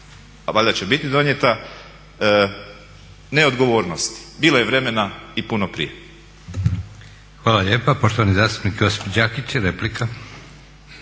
a valjda će biti donijeta neodgovornosti. Bilo je vremena i puno prije.